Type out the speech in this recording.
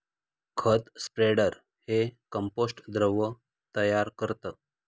खत स्प्रेडर हे कंपोस्ट द्रव तयार करतं